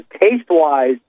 taste-wise